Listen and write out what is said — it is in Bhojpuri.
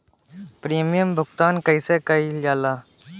प्रीमियम भुगतान कइसे कइल जाला?